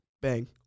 bang